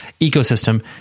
ecosystem